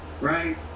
right